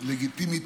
לגיטימי,